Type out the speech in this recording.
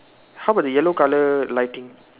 how about the yellow colour lighting